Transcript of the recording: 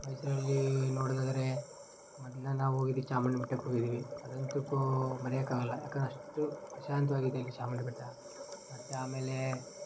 ಮೈಸೂರಲ್ಲೀ ನೋಡೋದಾದ್ರೇ ಮೊದ್ಲು ನಾವು ಹೋಗಿದ್ದೆ ಚಾಮುಂಡಿ ಬೆಟ್ಟಕ್ಕೆ ಹೋಗಿದೀವಿ ಅದಂತೂ ಕೂ ಮರ್ಯೋಕ್ಕಾಗಲ್ಲ ಯಾಕಂದ್ರೆ ಅಷ್ಟೂ ಪ್ರಶಾಂತವಾಗಿದೆ ಇಲ್ಲಿ ಚಾಮುಂಡಿ ಬೆಟ್ಟ ಮತ್ತು ಆಮೇಲೇ